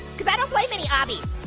cause i don't play many obbys,